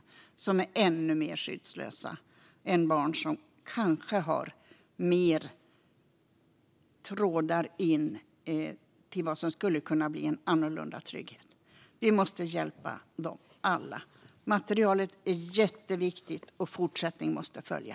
Dessa barn är ännu mer skyddslösa än barn som kanske har mer trådar in till vad som skulle kunna bli en annorlunda trygghet. Vi måste hjälpa dem alla. Materialet är jätteviktigt, och fortsättning måste följa.